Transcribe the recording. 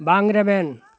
ᱵᱟᱝ ᱨᱮᱵᱮᱱ